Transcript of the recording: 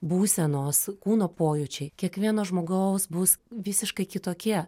būsenos kūno pojūčiai kiekvieno žmogaus bus visiškai kitokie